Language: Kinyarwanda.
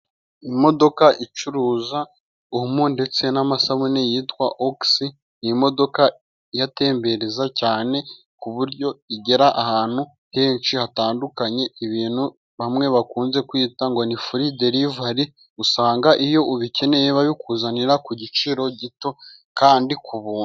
Imodoka icuruza omo ndetse n'amasabune yitwa ogisi, ni imodoka iyatembereza cyane, ku buryo igera ahantu henshi, hatandukanye, ibintu bamwe bakunze, kwita ngo ni furi derivari, usanga iyo ubikeneye babikuzanira, ku giciro gito, kandi ku buntu.